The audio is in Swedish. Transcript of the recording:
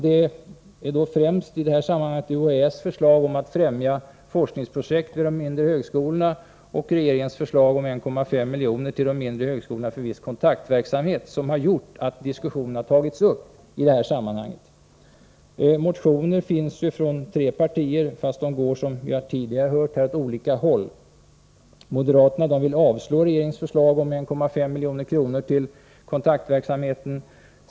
Det är främst UHÄ:s förslag om att främja forskningsprojekt vid de mindre högskolorna och regeringens förslag om 1,5 miljoner till de mindre högskolorna för viss kontaktverksamhet som . har gjort att diskussionerna har tagits upp. Motioner har här väckts från tre partier, men de går — som vi tidigare har hört — åt olika håll. Moderaterna vill avslå regeringens förslag om 1,5 milj.kr. till kontaktverksamhet.